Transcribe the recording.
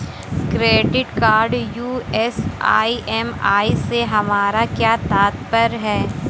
Credit card US EMI से हमारा क्या तात्पर्य है?